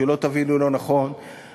שלא תבינו לא נכון,